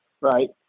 right